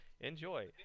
Enjoy